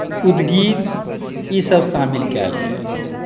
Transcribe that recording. उद्गिथ ईसभ शामिल कयल अइ